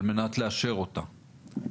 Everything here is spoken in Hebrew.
על מנת לאשר אותה.